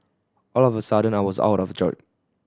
all of a sudden I was out of job